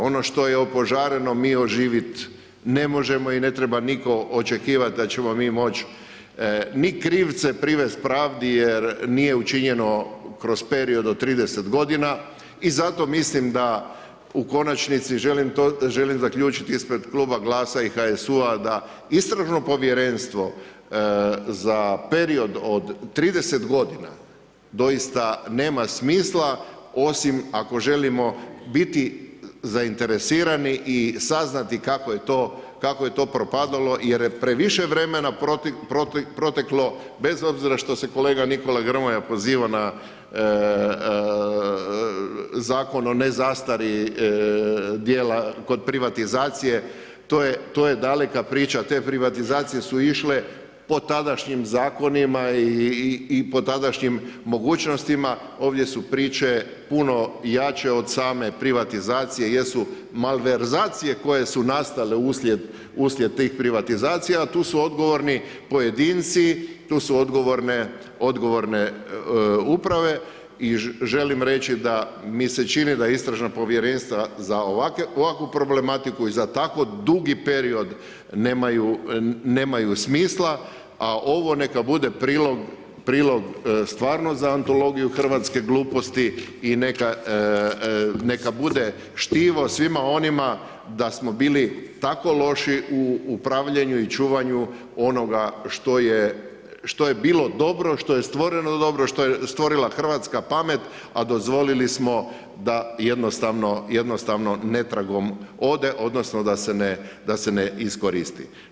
Ono što je opožareno, mi oživit ne možemo i ne treba nitko očekivati da ćemo mi moći ni krivce privesti pravdi jer nije učinjeno kroz period od 30 godina i zato mislim da u konačnici želim zaključiti ispred kluba GLAS-a i HSU-a da istražno povjerenstvo za period od 30 godina doista nema smisla osim ako želimo biti zainteresirani i saznati kako je to propadalo jer je previše vremena proteklo bez obzira šta se kolega Nikola Grmoja poziva na Zakon o ne zastari djela kod privatizacije, to je daleka priča, te privatizacije su išle po tadašnjim zakonima i po tadašnjim mogućnostima, ovdje su priče puno jače od same privatizacije jer su malverzacije koje su nastale uslijed tih privatizacija a tu su odgovorni pojedinci, tu su odgovorne uprave i želim reći da mi se čini da istražna povjerenstva za ovakvu problematiku i za takvo dugi period nemaju smisla a ovo neka bude prilog stvarno za antologiju hrvatske gluposti i neka bude štivo svima onima da smo bili tako loši u upravljaju i čuvanju onoga što je bilo dobro, što je stvoreno dobro, što je stvorila hrvatska pamet a dozvoliti da jednostavno netragom ode odnosno da se ne iskoristi.